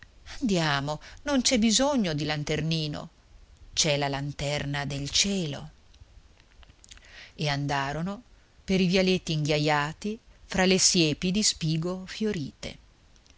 andiamo non c'è bisogno di lanternino c'è la lanterna del cielo e andarono per i vialetti inghiajati tra le siepi di spigo fiorite